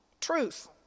Truth